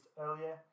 earlier